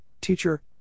Teacher